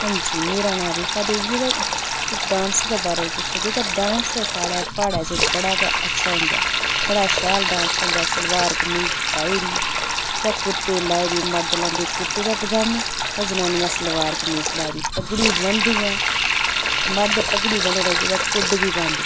हां जी मेरा नांऽ रेखा देवी ऐ ते तुस डान्स दे बारै च पुच्छा दे ते डान्स ते साढ़े प्हाड़ें बड़ा गै अच्छा होंदा बड़ा शैल डान्स होंदा सलवार कमीच पाईरी ते कुर्ते लाईरी मर्द लांदे कुर्ते ते पजामें ते जनानियां सलवार कमीच लाईरी पगड़ी बनदियां मर्द पगड़ी बन्नी रखदे ते कुड्ड बी पांदे